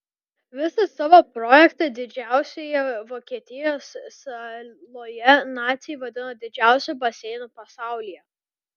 visą savo projektą didžiausioje vokietijos saloje naciai vadino didžiausiu baseinu pasaulyje